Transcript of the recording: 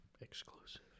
exclusive